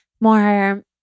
more